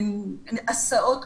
הסעות,